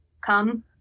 come